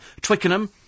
Twickenham